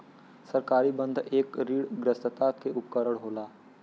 सरकारी बन्ध एक ऋणग्रस्तता के उपकरण होला